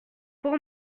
pour